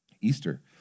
Easter